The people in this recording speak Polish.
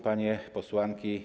Panie Posłanki!